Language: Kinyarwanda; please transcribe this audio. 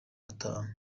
atanu